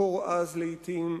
קור עז לעתים,